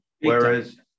whereas